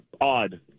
Odd